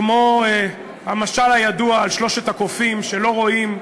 כמו המשל הידוע על שלושת הקופים שלא רואים,